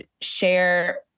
share